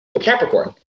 Capricorn